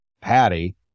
Patty